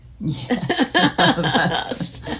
Yes